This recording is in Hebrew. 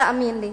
ותאמין לי,